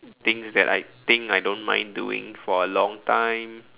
things that I think I don't mind doing for a long time